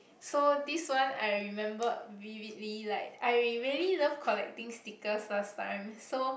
so this one I remembered vividly like I really love collecting stickers last time so